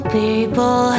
people